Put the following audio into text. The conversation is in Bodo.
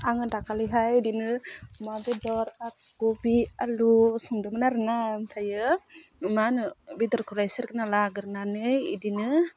आङो दाखालिहाय बिदिनो अमा बेदर बान्दाखफि आलु संदोंमोन आरो ना ओमफ्रायो मा होनो बेदरखौलाय सेरग्रोना लाग्रोनानै बिदिनो